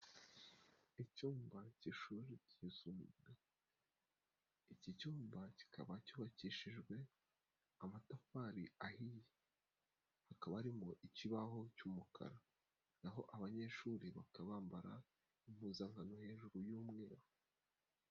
Icyumba cy'ishuri cy'isumbuye. Iki cyumba kikaba cyubakishijwe amatafari ahiye. Hakaba harimo ikibaho cy'umukara. Naho abanyeshuri bakaba bambara impuzankano hejuru y'umweru.